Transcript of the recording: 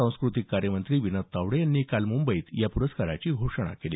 सांस्कृतिक कार्यमंत्री विनोद तावडे यांनी मुंबईत काल या पुरस्काराची घोषणा केली